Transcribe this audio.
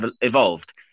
evolved